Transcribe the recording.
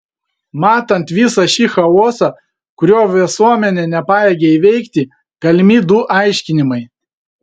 matant visą šį chaosą kurio visuomenė nepajėgia įveikti galimi du aiškinimai